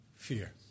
Fear